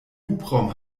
hubraum